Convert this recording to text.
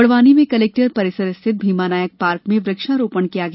बड़वानी में कलेक्टर परिसर स्थित भीमानायक पार्क में वृक्षा रोपण किया गया